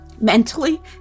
mentally